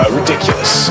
ridiculous